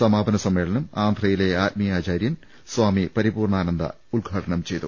സമാ പന സമ്മേളനം ആന്ധ്രയിലെ ആത്മീയാചാര്യൻ സ്വാമി പരിപൂർണ്ണാനന്ദ ഉദ്ഘാടനം ചെയ്തു